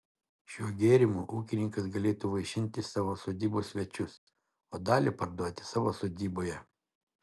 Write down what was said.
šiuo gėrimu ūkininkas galėtų vaišinti savo sodybos svečius o dalį parduoti savo sodyboje